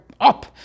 up